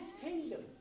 kingdom